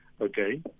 Okay